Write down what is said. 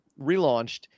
relaunched